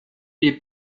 les